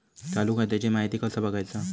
चालू खात्याची माहिती कसा बगायचा?